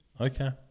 Okay